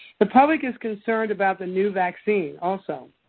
the public is concerned about the new vaccine also,